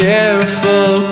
Careful